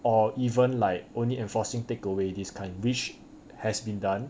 or even like only enforcing takeaway this kind which has been done